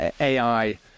AI